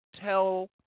Tell